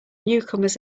newcomers